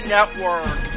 Network